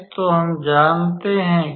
तो हम जानते हैं कि